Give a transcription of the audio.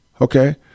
Okay